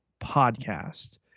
podcast